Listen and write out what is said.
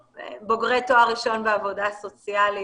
לא, בוגרי תואר ראשון בעבודה סוציאלית.